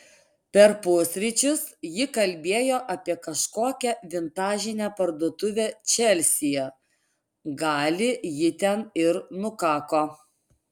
per pusryčius ji kalbėjo apie kažkokią vintažinę parduotuvę čelsyje gali ji ten ir nukako